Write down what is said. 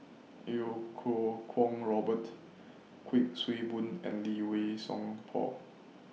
Iau Kuo Kwong Robert Kuik Swee Boon and Lee Wei Song Paul